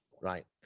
right